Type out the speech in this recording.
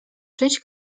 część